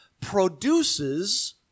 produces